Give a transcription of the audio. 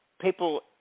people